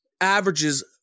averages